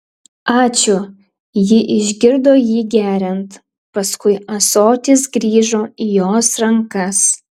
ačiū ji išgirdo jį geriant paskui ąsotis grįžo įjos rankas